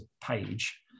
page